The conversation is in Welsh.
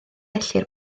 ellir